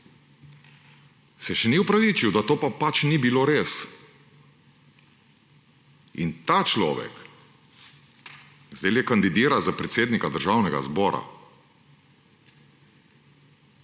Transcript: se še ni opravičil, da to pa pač ni bilo res. In ta človek zdajle kandidira za predsednika Državnega zbora.